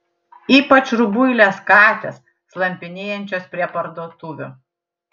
ypač rubuilės katės slampinėjančios prie parduotuvių